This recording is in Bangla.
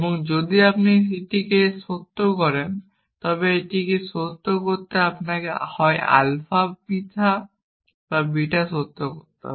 এবং যদি আপনি এটিকে সত্য করেন তবে এটিকে সত্য করতে আপনাকে হয় আলফা মিথ্যা বা বিটা সত্য করতে হবে